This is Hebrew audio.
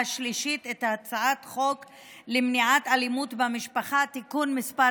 השלישית את הצעת החוק למניעת אלימות במשפחה (תיקון מס'